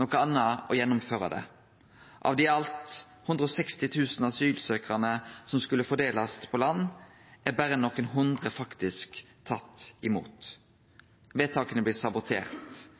noko anna er å gjennomføre det. Av dei i alt 160 000 asylsøkjarane som skulle fordelast på land, er faktisk berre nokre hundre tatt imot. Vedtaka blir saboterte.